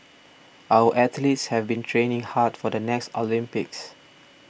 our athletes have been training hard for the next Olympics